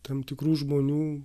tam tikrų žmonių